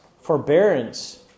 forbearance